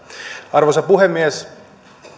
arvoisa puhemies